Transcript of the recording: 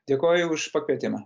dėkoju už pakvietimą